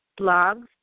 blogs